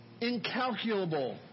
incalculable